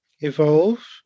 evolve